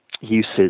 uses